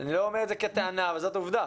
אני לא אומר את זה כטענה אבל זאת עובדה.